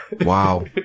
Wow